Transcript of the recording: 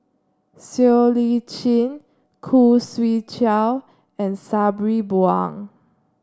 Siow Lee Chin Khoo Swee Chiow and Sabri Buang